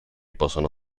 possono